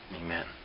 amen